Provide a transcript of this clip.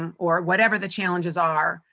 um or whatever the challenges are,